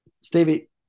Stevie